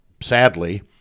sadly